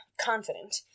confident